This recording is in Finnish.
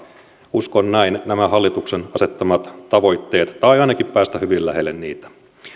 uskon näin nämä hallituksen asettamat tavoitteet tai ainakin päästä hyvin lähelle niitä